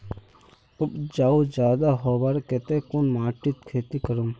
उपजाऊ ज्यादा होबार केते कुन माटित खेती करूम?